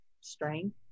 strength